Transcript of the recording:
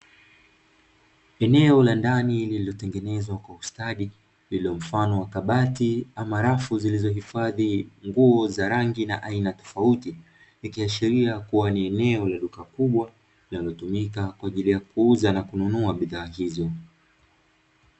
Eneo la ndani lililotengenezwa kwa ustadi lililo mfano wa kabati ama rafu, zilizohifadhi nguo za rangi na aina tofauti ikiashiria kuwa ni eneo la duka kubwa linalotumika kwa ajili ya kuuza na kununua bidhaa hizo.